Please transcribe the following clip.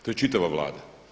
To je čitava Vlada.